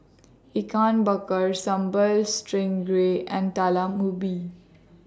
Ikan Bakar Sambal Stingray and Talam Ubi